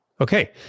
Okay